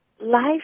life